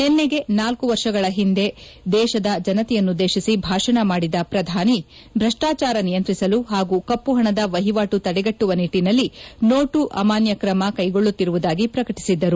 ನಿನ್ನೆಗೆ ನಾಲ್ಕು ವರ್ಷಗಳ ಹಿಂದೆ ದೇಶದ ಜನತೆಯನ್ನುದ್ದೇಶಿಸಿ ಭಾಷಣ ಮಾಡಿದ ಪ್ರಧಾನಿ ಭ್ರಷ್ಟಾಚಾರ ನಿಯಂತ್ರಿಸಲು ಹಾಗೂ ಕಪ್ಪುಹಣದ ವಹಿವಾಣು ತಡೆಗಟ್ಟುವ ನಿಟ್ಟಿನಲ್ಲಿ ನೋಟು ಅಮಾನ್ಯ ಕ್ರಮ ಕೈಗೊಳ್ಳುತ್ತಿರುವುದಾಗಿ ಪ್ರಕಟಿಸಿದ್ದರು